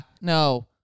No